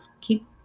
keep